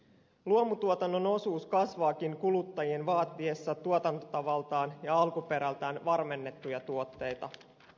luomutuotannon osuus kasvaakin kuluttajien vaatiessa tuotantotavaltaan ja alkuperältään varmennettuja tuotteita